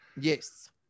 Yes